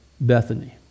Bethany